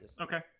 Okay